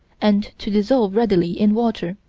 and to dissolve readily in water.